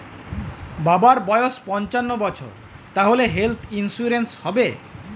বাবার বয়স পঞ্চান্ন বছর তাহলে হেল্থ ইন্সুরেন্স হবে?